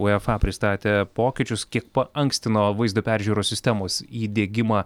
uefa pristatė pokyčius kiek paankstino vaizdo peržiūros sistemos įdiegimą